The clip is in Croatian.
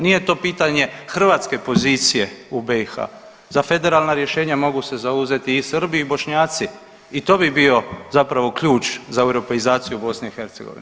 Nije to pitanje hrvatske pozicije u BiH, za federalna rješenja mogu se zauzeti i Srbi i Bošnjaci i to bi bio zapravo ključ za europeizaciju BiH.